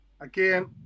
again